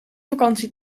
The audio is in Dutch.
vakantie